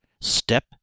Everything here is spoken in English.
step